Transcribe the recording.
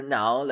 now